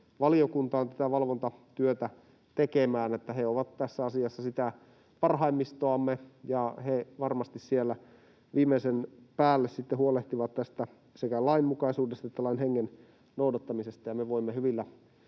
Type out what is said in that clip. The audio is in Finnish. valvontatyötä tekemään, että he ovat tässä asiassa sitä parhaimmistoamme ja he varmasti siellä viimeisen päälle sitten huolehtivat sekä tästä lainmukaisuudesta että lain hengen noudattamisesta ja me voimme hyvillä